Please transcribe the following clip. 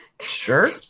sure